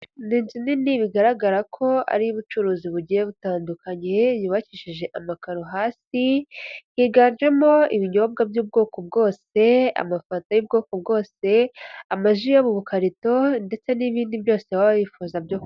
Ninzu nini bigaragara ko ariyoubucuruzi bugiye butandukanye yubakishije amakaro hasi higanjemo ibinyobwa by'ubwoko bwose amafoto y'ubwoko bwose amaji yo mubukarito ndetse n'ibindi byose baba bifuza.